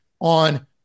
on